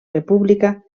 república